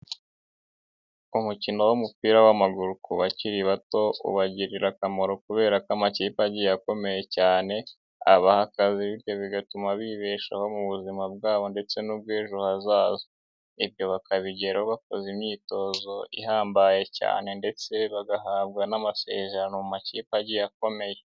Umukino w'umupira w'amaguru ku bakiri bato, ubagirira akamaro kubera ko amakipe agiye akomeye cyane, abaha akazi bityo bigatuma bibeshaho mu buzima bwabo ndetse n'ubw'ejo hazaza . Ibyo bakabigeraho bakoze imyitozo ihambaye cyane ndetse bagahabwa n'amasezerano mu makipe agiye akomeye.